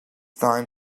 time